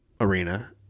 arena